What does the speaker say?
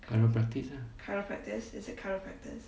chiropractice uh